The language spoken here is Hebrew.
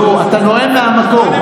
אתה נואם מהמקום.